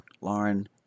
Lauren